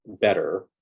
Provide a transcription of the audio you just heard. better